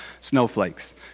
snowflakes